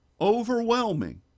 overwhelming